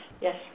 Yes